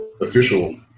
official